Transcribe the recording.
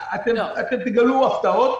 אתם תגלו הפתעות.